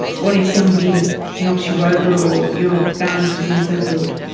what if somebody knocks you over or your balance isn't so good?